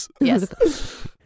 Yes